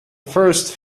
first